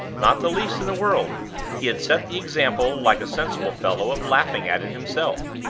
not the least in the world he had set the example, like a sensible fellow, of laughing at it himself.